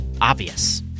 Obvious